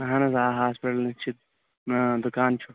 اَہَن حظ آ ہاسپِٹلٕکۍ چھِ دُکان چھُ